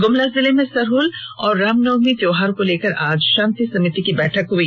ग्मला जिले में सरहल और रामनवमी त्योहार को लेकर आज शांति समिति की बैठक हुई